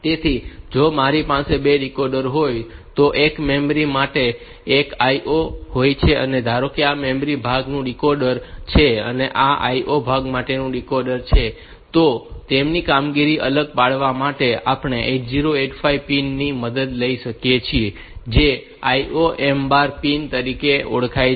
તેથી જો મારી પાસે 2 ડીકોડર હોય તો એક મેમરી માટે અને એક IO માટે હોય છે ધારો કે આ મેમરી ભાગ માટેનું ડીકોડર છે અને આ IO ભાગ માટેનું ડીકોડર છે તો તેમની કામગીરીને અલગ પાડવા માટે આપણે 8085 પિન ની મદદ લઈ શકીએ છીએ જે IOMbar પિન તરીકે ઓળખાય છે